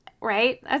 right